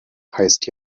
heißt